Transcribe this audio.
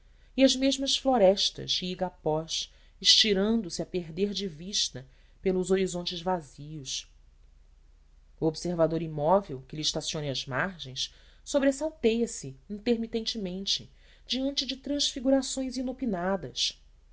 e as mesmas florestas e igapós estirando-se a perder de vista pelos horizontes vazios o observador imóvel que lhe estacione às margens sobressalteia se intermitentemente diante de transfigurações inopinadas